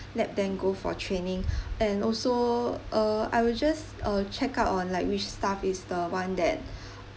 let them go for training and also uh I will just uh check out on like which staff is the one that